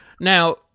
Now